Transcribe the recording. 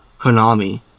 Konami